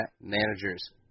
managers